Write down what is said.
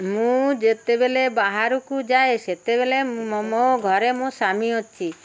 ମୁଁ ଯେତେବେଳେ ବାହାରକୁ ଯାଏ ସେତେବେଳେ ମୋ ଘରେ ମୋ ସ୍ୱାମୀ ଅଛି